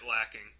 lacking